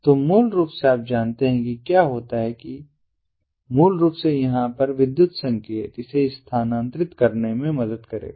तो मूल रूप से आप जानते हैं कि क्या होता है की मूल रूप से यहां पर विद्युत संकेत इसे स्थानांतरित करने में मदद करेगा